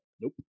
nope